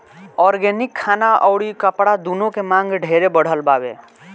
organic खाना अउरी कपड़ा दूनो के मांग ढेरे बढ़ल बावे